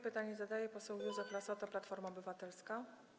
Pytanie zadaje poseł Józef Lassota, Platforma Obywatelska.